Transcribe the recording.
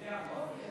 זה החוק?